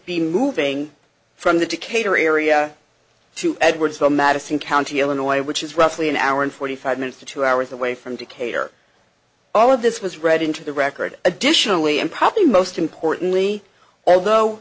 be moving from the decatur area to edwards from madison county illinois which is roughly an hour and forty five minutes to two hours away from decatur all of this was read into the record additionally and probably most importantly although